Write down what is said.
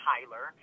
Tyler